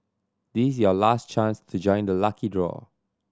this is your last chance to join the lucky draw